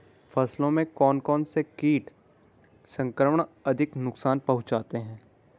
फसलों में कौन कौन से कीट संक्रमण अधिक नुकसान पहुंचाते हैं?